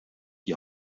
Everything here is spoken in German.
die